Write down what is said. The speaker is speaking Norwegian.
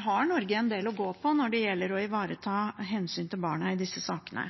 har Norge en del å gå på når det gjelder å ivareta hensynet til barna i disse sakene.